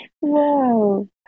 Wow